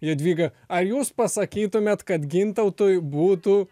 jadvyga ar jūs pasakytumėt kad gintautui būtų